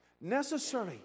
necessary